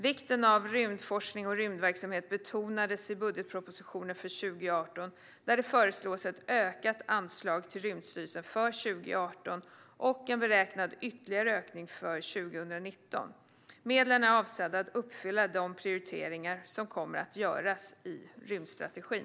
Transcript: Vikten av rymdforskning och rymdverksamhet betonades i budgetpropositionen för 2018, där det föreslås ett ökat anslag till Rymdstyrelsen för 2018 och en beräknad ytterligare ökning för 2019. Medlen är avsedda att uppfylla de prioriteringar som kommer att göras i rymdstrategin.